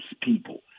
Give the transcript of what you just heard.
people